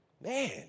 Man